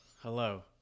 hello